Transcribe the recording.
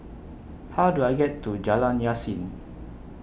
How Do I get to Jalan Yasin